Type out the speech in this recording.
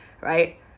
right